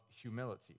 humility